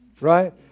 right